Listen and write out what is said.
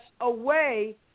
away